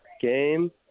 game